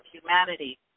humanity